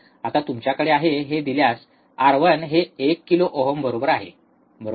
आता तुमच्याकडे आहे हे दिल्यास R1 हे १ किलो ओहम बरोबर आहे बरोबर